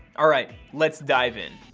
alright, let's dive in.